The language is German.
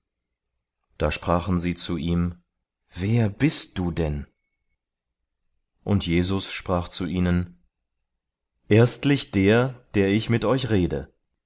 da sprachen sie zu ihm wer bist du denn und jesus sprach zu ihnen erstlich der der ich mit euch rede